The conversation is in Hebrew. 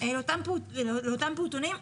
לאותם פעוטונים.